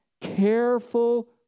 Careful